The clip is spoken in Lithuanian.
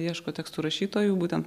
ieško tekstų rašytojų būtent